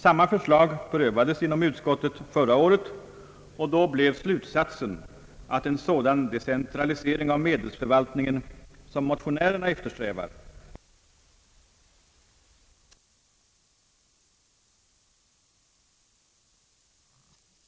Samma förslag prövades inom utskottet förra året, och då blev slutsatsen att en sådan decentralisering av medelsförvaltningen, som motionärerna eftersträvar, förutsätter en så genomgripande omprövning av de principer som hittills har legat till grund för handhavandet av fondkapitalet, att den inte bör komma i fråga. Utskottet har i år ingen annan bedömning. Herr talman!